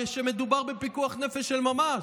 הרי כשמדובר בפיקוח נפש של ממש,